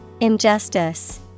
Injustice